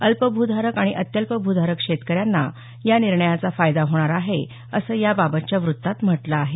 अल्प भूधारक आणि अत्यल्प भूधारक शेतकऱ्यांना या निर्णयाचा फायदा होणार आहे असं याबाबतच्या वृत्तात म्हटलं आहे